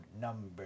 number